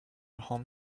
home